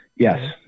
Yes